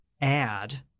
add